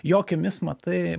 jo akimis matai